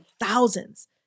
thousands